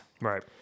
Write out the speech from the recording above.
Right